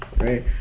Right